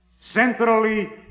Centrally